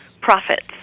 profits